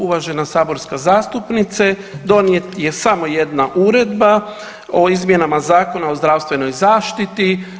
Uvažena saborska zastupnica, donijet je samo jedna uredba o izmjenama zakona o zdravstvenoj zaštiti.